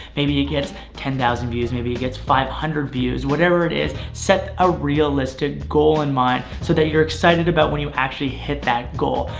maybe it gets ten thousand views maybe it gets five hundred views, whatever it is, set a realistic goal in mind so that you're excited about when you actually hit that goal.